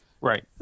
Right